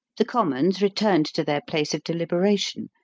the commons returned to their place of deliberation,